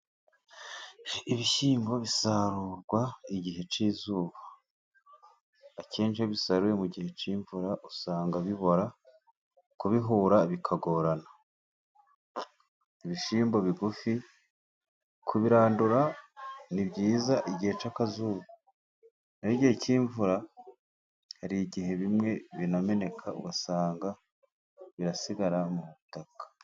Ibishyimbo bisarurwa igihe cy'izuba akenshi iyo ubisaruye mu gihe cy'imvura usanga bibora kubihura bikagorana, ibishyimbo bigufi kubirandura ni byiza igihe cy'akazu, naho igihe cy'imvura hari igihe bimwe binameneka ugasanga birasigara mu butaka.